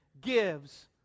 gives